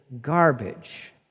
garbage